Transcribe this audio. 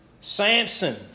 Samson